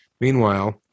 meanwhile